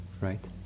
Right